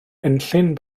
enllyn